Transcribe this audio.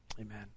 Amen